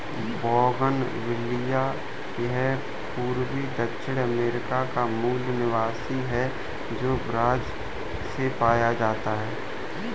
bougainvillea यह पूर्वी दक्षिण अमेरिका का मूल निवासी है, जो ब्राज़ से पाया जाता है